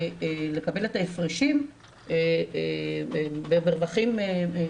לקבל את ההפרשים במרווחים קצרים.